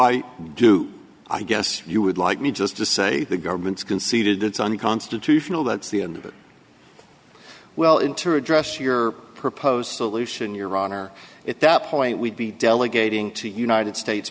i do i guess you would like me just to say the government's conceded it's unconstitutional that's the end of it well in to address your proposed solution your honor at that point we'd be delegating to united states